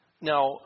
Now